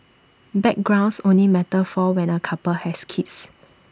backgrounds only matter for when A couple has kids